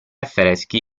affreschi